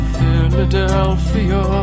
Philadelphia